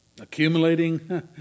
Accumulating